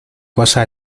cosa